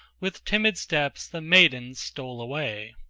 with timid steps the maidens stole away.